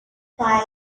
five